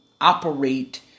operate